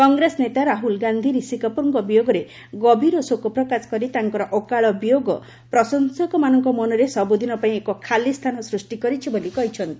କଂଗ୍ରେସ ନେତା ରାହୁଳ ଗାନ୍ଧୀ ରିଷି କପୁରଙ୍କ ବିୟୋଗରେ ଗଭୀର ଶୋକପ୍ରକାଶ କରି ତାଙ୍କର ଅକାଳ ବିୟୋଗ ପ୍ରଶଂସକମାନଙ୍କ ମନରେ ସବୁଦିନ ପାଇଁ ଏକ ଖାଲି ସ୍ଥାନ ସୃଷ୍ଟି କରିଛି ବୋଲି କହିଛନ୍ତି